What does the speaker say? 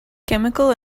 chemical